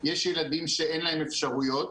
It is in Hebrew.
יש ילדים שאין להם אפשרויות,